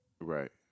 Right